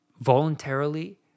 voluntarily